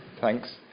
thanks